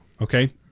okay